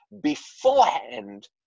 beforehand